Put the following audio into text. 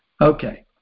okay